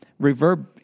Reverb